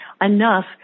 enough